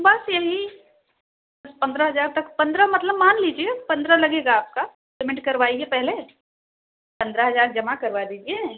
बस यही पंद्रह हजार तक पंद्रह मतलब मान लीजिए पंद्रह लगेगा आपका पेमेंट करवाइए पहले पंद्रह हजार जमा करवा दीजिए